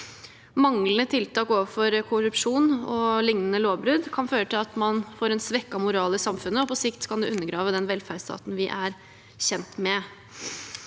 Manglende tiltak overfor korrupsjon og lignende lovbrudd kan føre til at man får en svekket moral i samfunnet, og på sikt kan det undergrave den velferdsstaten vi er kjent med.